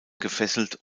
gefesselt